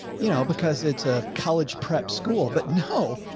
you know, because it's a college prep school, but no,